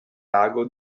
lago